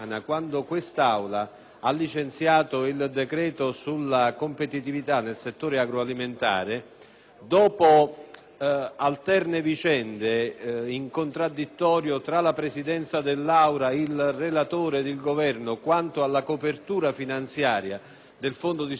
dopo alterne vicende in contraddittorio tra la Presidenza, il relatore ed il rappresentante del Governo quanto alla copertura finanziaria del Fondo di solidarieta nazionale per il solo anno 2008 (copertura che poi estata fissata in